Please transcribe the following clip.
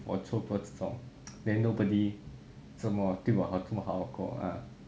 我错过这种 then nobody 这么对我这么好过 lah